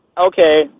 okay